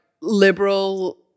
liberal